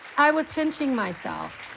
i was pinching myself.